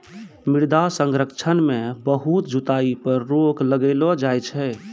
मृदा संरक्षण मे बहुत जुताई पर रोक लगैलो जाय छै